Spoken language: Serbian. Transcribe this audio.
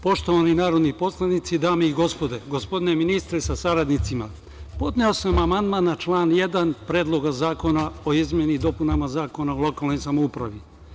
Poštovani narodni poslanici, dame i gospodo, gospodine ministre sa saradnicima, podneo sam amandman na član 1. Predloga zakona o izmenama i dopunama Zakona o lokalnoj samoupravi.